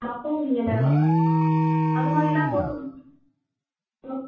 மருதாணி இலை அது மாதிரில்லாம் போட்டு ம்